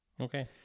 Okay